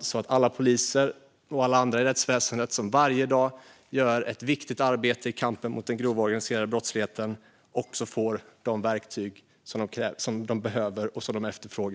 så att alla poliser och alla andra i rättsväsendet som varje dag gör ett viktigt arbete i kampen mot den grova organiserade brottsligheten också får de verktyg de behöver och efterfrågar.